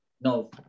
no